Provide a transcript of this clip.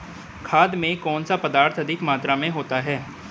खाद में कौन सा पदार्थ अधिक मात्रा में होता है?